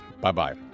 Bye-bye